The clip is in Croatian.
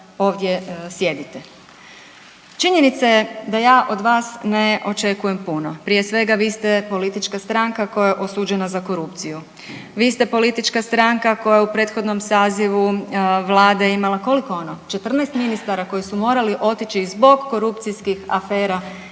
ovdje sjedite. Činjenica je da ja od vas ne očekujem puno, prije svega vi ste politička stranka koja je osuđena za korupciju, vi ste politička stranka koja je u prethodnom sazivu Vlade imala, koliko ono, 14 ministara koji su morali otići zbog korupcijskih afera